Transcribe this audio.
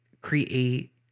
create